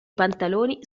pantaloni